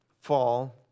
fall